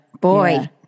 Boy